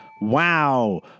Wow